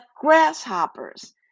grasshoppers